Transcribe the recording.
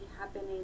happening